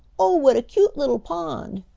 oh, what a cute little pond!